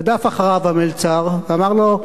רדף אחריו המלצר ואמר לו: